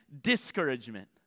discouragement